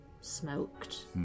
Smoked